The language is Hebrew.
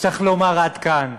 צריך לומר: עד כאן,